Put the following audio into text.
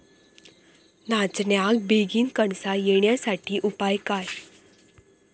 नाचण्याक बेगीन कणसा येण्यासाठी उपाय काय?